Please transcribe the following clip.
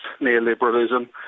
neoliberalism